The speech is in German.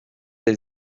der